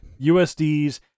USDs